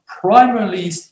primarily